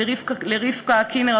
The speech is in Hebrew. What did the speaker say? לרבקה קנריק,